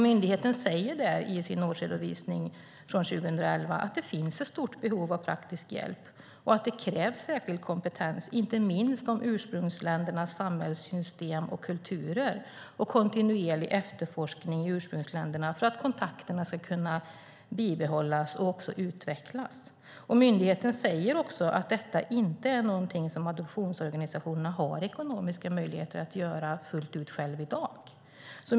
Myndigheten säger i sin årsredovisning för 2011 att det finns ett stort behov av praktisk hjälp och att det krävs särskild kompetens, inte minst om ursprungsländernas samhällssystem och kulturer, samt kontinuerlig efterforskning i ursprungsländerna för att kontakterna ska kunna bibehållas och utvecklas. Myndigheten säger också att detta inte är något som adoptionsorganisationerna har ekonomiska möjligheter att göra fullt ut själva i dag.